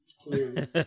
Clearly